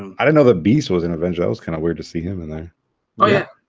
um i don't know the beast was an adventure i was kind of weird to see him in there oh yeah?